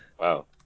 Wow